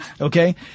okay